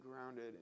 grounded